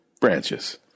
branches